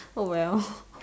oh well